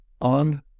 on